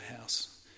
house